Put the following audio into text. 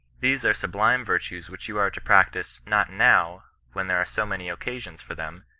these are sublime virtues which you are to practise, not now, when there are so many occasions for them,